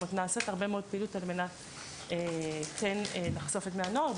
נעשית הרבה מאוד פעילות על מנת לחשוף את בני הנוער,